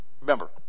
Remember